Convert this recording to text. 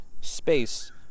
Space